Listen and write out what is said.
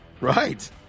Right